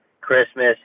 Christmas